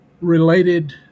related